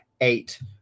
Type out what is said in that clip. Eight